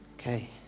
Okay